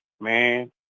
man